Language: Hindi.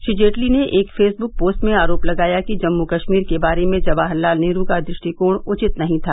श्री जेटली ने एक फेसबुक पोस्ट में आरोप लगाया कि जम्मू कस्मीर के बारे में जवाहर लाल नेहरू का दृष्टिकोण उचित नहीं था